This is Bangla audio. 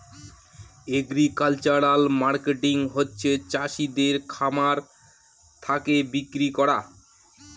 এগ্রিকালচারাল মার্কেটিং হচ্ছে চাষিদের খামার থাকে বিক্রি করা